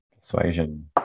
Persuasion